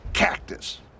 Cactus